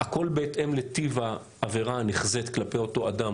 הכול בהתאם לטיב העבירה הנחזית כלפי אותו אדם,